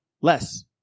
less